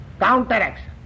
Counteraction